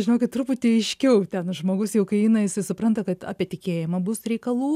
žinokit truputį aiškiau ten žmogus jau kai eina jisai supranta kad apie tikėjimą bus reikalų